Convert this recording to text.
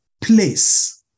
place